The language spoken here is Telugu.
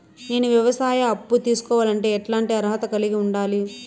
నేను వ్యవసాయ అప్పు తీసుకోవాలంటే ఎట్లాంటి అర్హత కలిగి ఉండాలి?